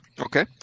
Okay